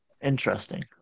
interesting